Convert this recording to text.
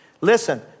Listen